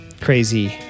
crazy